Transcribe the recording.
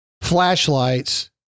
Flashlights